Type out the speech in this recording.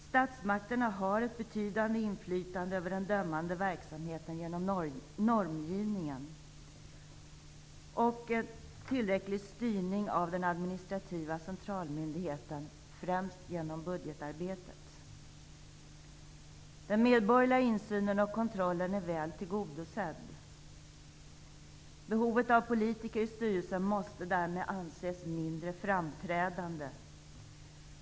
Statsmakterna har ett betydande inflytande över den dömande verksamheten genom normgivningen och tillräcklig styrning av den administrativa centralmyndigheten, främst genom budgetarbetet. Den medborgerliga insynen och kontrollen är väl tillgodosedd. Behovet av politiker i styrelsen måste därmed anses mindre framträdande.